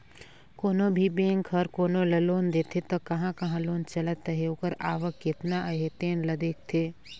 कोनो भी बेंक हर कोनो ल लोन देथे त कहां कहां लोन चलत अहे ओकर आवक केतना अहे तेन ल देखथे